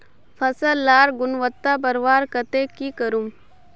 फसल लार गुणवत्ता बढ़वार केते की करूम?